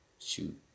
Shoot